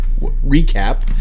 recap